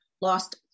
lost